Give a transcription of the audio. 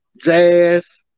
jazz